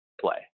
play